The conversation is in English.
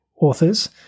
authors